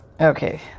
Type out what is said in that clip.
Okay